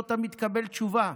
לא תמיד תקבל תשובה.